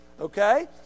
okay